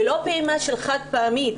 ולא פעימה של חד פעמי.